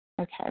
Okay